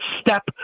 step